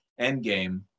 Endgame